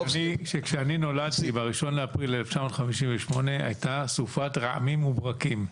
כשנולדתי ב-1 באפריל 1958 הייתה סופת רעמים וברקים.